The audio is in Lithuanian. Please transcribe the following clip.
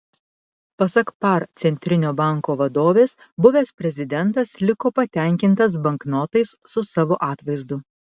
pasak par centrinio banko vadovės buvęs prezidentas liko patenkintas banknotais su savo atvaizdu